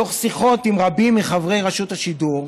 ובכן, מתוך שיחות עם רבים מחברי רשות השידור,